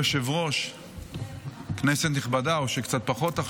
אדוני היושב-ראש, כנסת נכבדה, או שעכשיו קצת פחות,